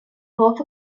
hoff